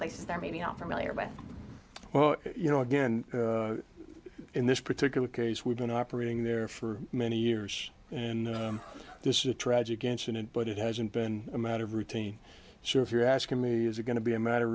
that maybe aren't familiar but well you know again in this particular case we've been operating there for many years and this is a tragic incident but it hasn't been a matter of routine so if you're asking me is it going to be a matter of